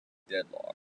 deadlocked